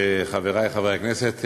חברי חברי הכנסת,